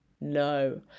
No